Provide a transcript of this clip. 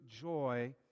joy